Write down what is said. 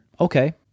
Okay